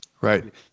right